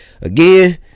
Again